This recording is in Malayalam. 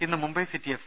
ഇന്ന് മുംബൈ സിറ്റി എഫ്